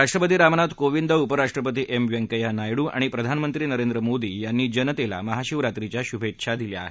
राष्ट्रपती रामनाथ कोविंद उपराष्ट्रपती एम व्यंकय्या नायडू आणि प्रधानमंत्री नरेंद्र मोदी यांनी जनतेला महाशिवरात्रीच्या शुभेच्छा दिल्या आहेत